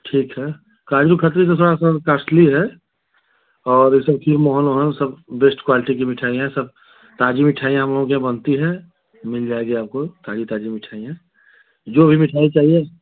ठीक है काजू कतली तो थोड़ा सर कॉस्टली है और यह सब खीर मोहन सब बेस्ट क्वॉलटी की मिठाइयाँ हैं सब ताज़ी मिठाइयाँ हम लोगों के यहाँ बनती हैं मिल जाएगी आपको ताज़ी ताज़ी मिठाइयाँ जो भी मिठाई चाहिए